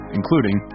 including